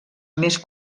més